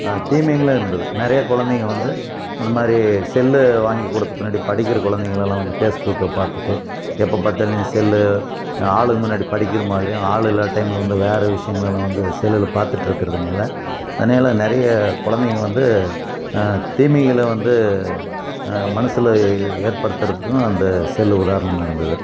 தீமைகளும் இருந்தது நிறைய குழந்தைங்க வந்து இதுமாதிரி செல் வாங்கிக் கொடுத்தப் பின்னாடி படிக்கிற குழந்தைங்களெல்லாம் வந்து ஃபேஸ்புக்கை பார்த்துட்டு எப்போப் பார்த்தாலும் செல் ஆளுக முன்னாடி படிக்கிறமாதிரியும் ஆளு இல்லாத டைமில் வந்து வேறு விஷயங்கள்லலாம் வந்து செல்லில் பார்த்துட்டு இருக்கிறதுனால் அதனால நிறைய குழந்தைங்க வந்து தீமைகள் வந்து மனசில் ஏற்படுத்துகிறதுக்கும் அந்த செல் உதாரணமாக இருந்தது